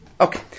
Okay